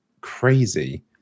crazy